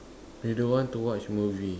you don't want to watch movie